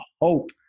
hope